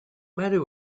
matter